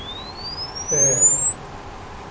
ᱥᱮ